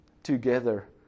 together